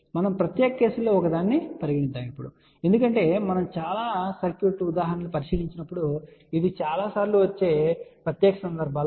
మనము ప్రత్యేక కేసులలో ఒకదాన్ని పరిగణిద్దాము ఎందుకంటే మనం చాలా సర్క్యూట్ ఉదాహరణలను పరిశీలించినప్పుడు ఇది చాలా సార్లు వచ్చే ప్రత్యేక సందర్భాలలో ఒకటి అవుతుంది